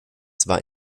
zwar